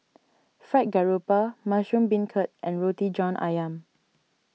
Fried Garoupa Mushroom Beancurd and Roti John Ayam